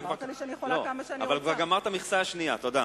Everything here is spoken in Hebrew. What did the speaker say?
אמרת לי שאני יכולה כמה שאני רוצה.